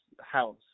house